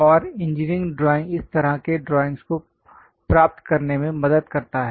और engineering drawing इस तरह के ड्राइंग्स को प्राप्त करने में मदद करता है